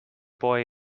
boy